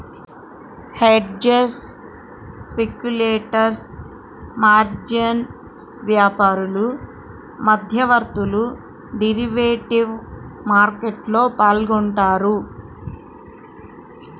hedgers, speculators, margin వ్యాపారులు, మధ్యవర్తులు derivative మార్కెట్లో పాల్గొంటారు